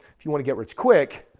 if you want to get rich quick,